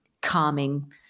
calming